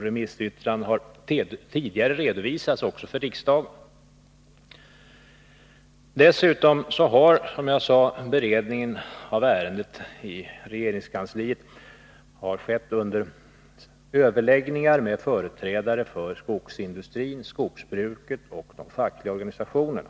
Remissyttranden har också tidigare redovisats för riksdagen. Dessutom har, som jag sade, beredningen av ärendet i regeringskansliet ägt rum under överläggningar med företrädare för skogsindustrin, skogsbruket och de fackliga organisationerna.